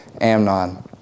Amnon